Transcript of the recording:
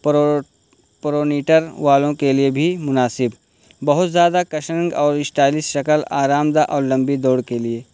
پروٹ pronator والوں کے لیے بھی مناسب بہت زیادہ کشنگ اور اسٹائلش شکل آرام دہ اور لمبی دوڑ کے لیے